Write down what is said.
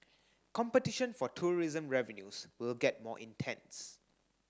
competition for tourism revenues will get more intense